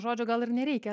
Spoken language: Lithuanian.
žodžio gal ir nereikia